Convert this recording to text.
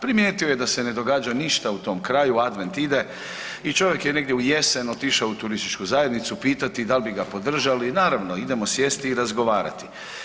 Primijetio je da se ne događa ništa u tom kraju, Advent ide, i čovjek je negdje u jesen otišao u turističku zajednicu pitati da li bi ga podržali, naravno, idemo sjesti i razgovarati.